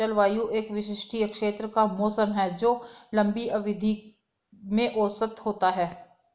जलवायु एक विशिष्ट क्षेत्र का मौसम है जो लंबी अवधि में औसत होता है